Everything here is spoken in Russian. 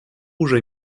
уже